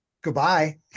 goodbye